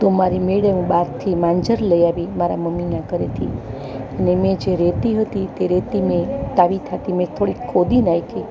તો મારી મેળે હું બારથી માંજર લઈ આવી મારા મમ્મીના ઘરેથી ને મે જે રેતી હતી તે રેતી મેેં તાવીથાથી મેં થોડીક ખોદી નાંખી